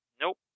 Nope